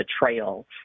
betrayal